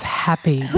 happy